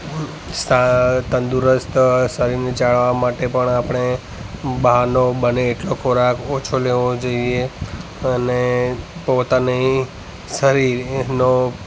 સ્થા તંદુરસ્ત શરીરને જાળવવા માટે પણ આપણે બહારનો બને એટલો ખોરાક ઓછો લેવો જોઈએ અને પોતાની શરીરનો